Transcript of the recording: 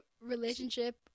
relationship